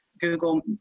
Google